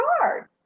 cards